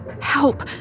help